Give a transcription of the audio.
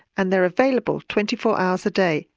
and they're available twenty four hours a day,